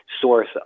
source